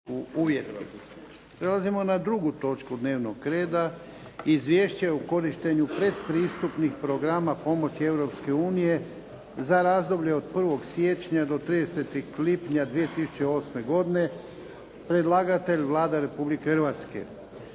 (HDZ)** Prelazimo na drugu točku dnevnog reda. - Izvješće o korištenju predpristupnih programa pomoći Europske unije za razdoblje od 1. siječnja do 30. lipnja 2008. godine, Predlagatelj: Vlada Republike Hrvatske